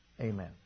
Amen